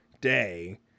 day